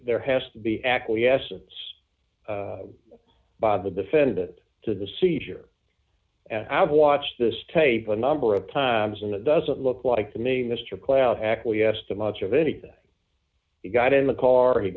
there has to be acquiescence by the defend it to the seizure and i've watched this tape a number of times and it doesn't look like to me mr cloud acquiesced to much of anything he got in the car he